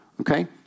okay